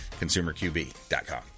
ConsumerQB.com